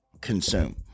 consume